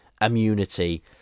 immunity